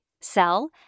sell